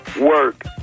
work